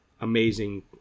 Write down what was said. amazing